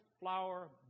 flower